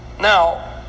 now